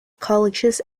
colleges